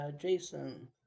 Jason